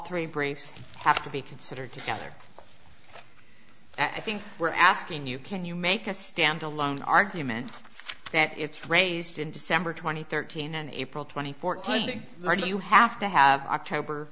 three brace have to be considered together i think we're asking you can you make a standalone argument that it's raised in december twenty thirty nine april twenty fourth claiming that you have to have october